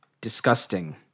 Disgusting